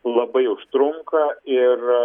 labai užtrunka ir